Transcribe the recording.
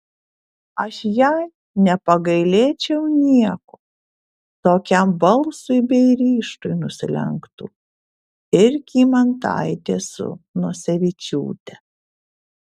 aš jai nepagailėčiau nieko tokiam balsui bei ryžtui nusilenktų ir kymantaitė su nosevičiūte